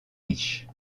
riches